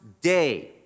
day